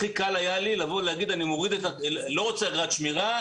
הכי קל היה לי לבוא ולהגיד: אני לא רוצה אגרת שמירה.